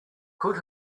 could